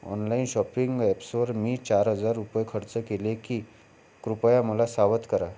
online shopping ॲप्सवर मी चार हजार रुपये खर्च केले की कृपया मला सावध करा